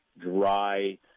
dry